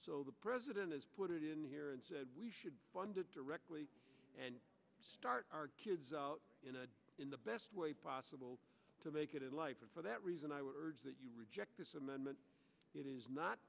so the president has put it in here and said we should fund it directly and start our kids out in the best way possible to make it in life and for that reason i would urge that you reject this amendment it is not